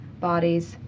bodies